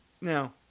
Now